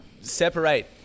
separate